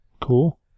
Cool